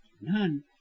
none